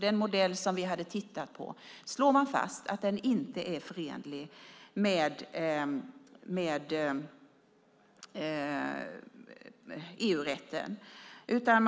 Den modell som vi hade tittat på är inte förenlig med EU-rätten, slår man fast.